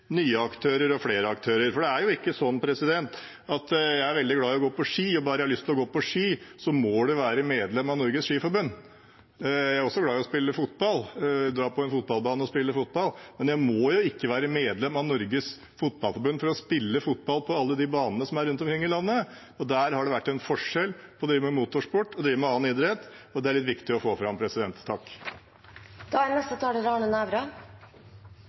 nye aktører og flere aktører. Jeg er veldig glad i å gå på ski og har lyst til å gå på ski, men det er jo ikke sånn at jeg må være medlem av Norges Skiforbund. Jeg er også glad i å spille fotball, i å dra på en fotballbane og spille fotball, men jeg må jo ikke være medlem av Norges Fotballforbund for å spille fotball på alle de banene som er rundt omkring i landet. Der har det vært en forskjell på å drive med motorsport og å drive med annen idrett, og det er litt viktig å få fram. Nå har debatten her stort sett dreid seg om det er